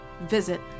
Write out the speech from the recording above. visit